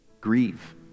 Grieve